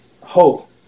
hope